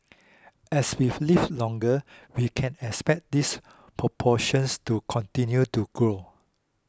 as we've live longer we can expect this proportions to continue to grow